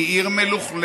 היא עיר מלוכלכת,